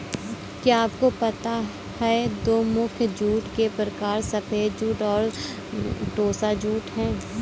क्या आपको पता है दो मुख्य जूट के प्रकार सफ़ेद जूट और टोसा जूट है